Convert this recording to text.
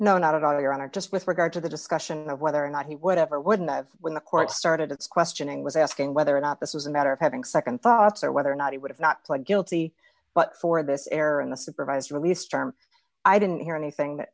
no not at all your honor just with regard to the discussion of whether or not he whatever wouldn't have when the court started its questioning was asking whether or not this was a matter of having nd thoughts or whether or not he would have not pled guilty but for this error in the supervised release term i didn't hear anything